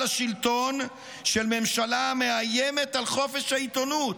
לשלטון של ממשלה המאיימת על חופש העיתונות,